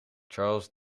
charles